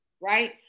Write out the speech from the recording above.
right